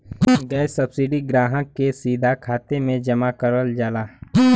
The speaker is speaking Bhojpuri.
गैस सब्सिडी ग्राहक के सीधा खाते में जमा करल जाला